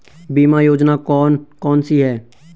बीमा योजना कौन कौनसी हैं?